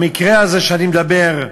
במקרה הזה שאני מדבר,